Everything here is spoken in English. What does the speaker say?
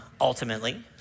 ultimately